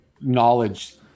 knowledge